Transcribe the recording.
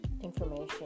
information